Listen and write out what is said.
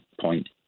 point